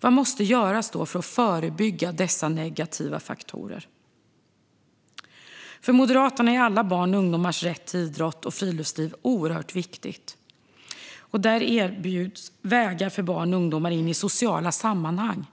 Vad måste då göras för att förebygga dessa negativa faktorer? För Moderaterna är alla barn och ungdomars rätt till idrott och friluftsliv oerhört viktig. Där erbjuds vägar för barn och ungdomar in i sociala sammanhang.